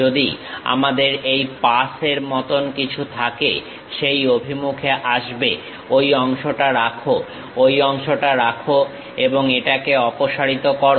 যদি আমাদের এই পাস এর মতন কিছু থাকে সেই অভিমুখে আসবে ঐ অংশটা রাখো ঐ অংশটা রাখো এবং এটাকে অপসারিত করো